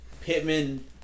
Pittman